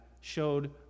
showed